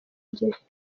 gihe